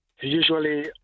Usually